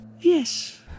Yes